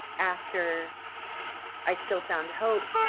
after i still found hope